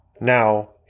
Now